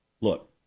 Look